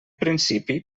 principi